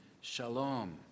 shalom